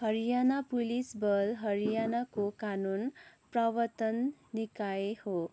Haryana police बल हरियाणाको कानुन प्रवर्तन निकाय हो